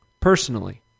personally